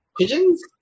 pigeons